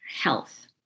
health